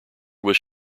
was